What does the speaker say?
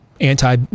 anti